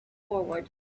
forward